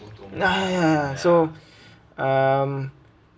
nah ya so um